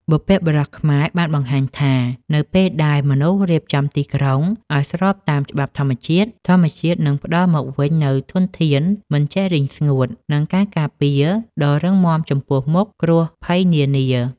បុព្វបុរសខ្មែរបានបង្ហាញថា នៅពេលដែលមនុស្សរៀបចំទីក្រុងឱ្យស្របតាមច្បាប់ធម្មជាតិ ធម្មជាតិនឹងផ្ដល់មកវិញនូវធនធានមិនចេះរីងស្ងួត និងការការពារដ៏រឹងមាំចំពោះមុខគ្រោះភ័យនានា។